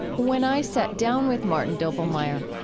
when i sat down with martin doblmeier,